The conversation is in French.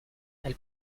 elle